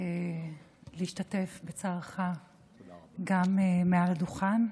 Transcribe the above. להשתתף בצערך גם מעל הדוכן.